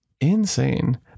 insane